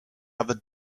other